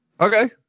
Okay